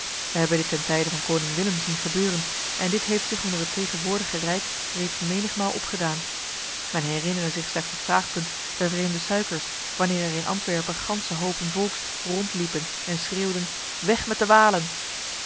wij hebben dit ten tijde van koning willem zien gebeuren en dit heeft zich onder het tegenwoordige rijk reeds menigmaal opgedaan men herinnere zich slechts het vraagpunt der vreemde suikers wanneer er in antwerpen ganse hopen volks rondliepen en schreeuwden weg met de walen